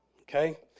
Okay